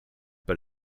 but